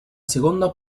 seconda